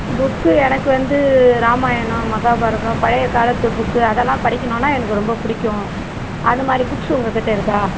book எனக்கு வந்து ராமாயணம் மகாபாரதம் பழைய காலத்து புக்கு அதல்லாம் படிக்கணுன்னா எனக்கு ரொம்பப் பிடிக்கும் அந்த மாதிரி புக்ஸு உங்கள் கிட்ட இருக்கா